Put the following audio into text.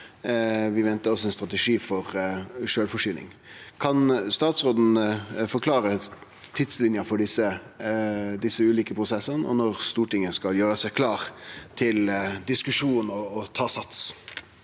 vi ventar også ein strategi for sjølvforsyning. Kan statsråden forklare tidslinja for desse ulike prosessane, og når Stortinget skal gjere seg klar til diskusjonen og ta sats?